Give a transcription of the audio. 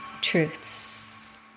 truths